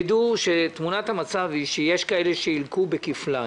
שתמונת המצב היא שיש כאלה שילקו כפליים.